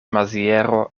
maziero